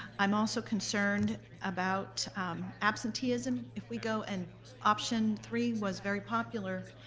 i'm also concerned about absenteeism. if we go and option three was very popular.